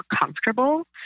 comfortable